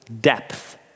depth